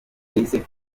platini